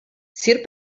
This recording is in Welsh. sir